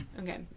Okay